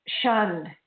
shunned